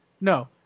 No